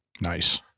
Nice